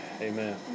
Amen